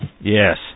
Yes